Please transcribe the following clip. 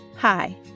Hi